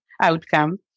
outcome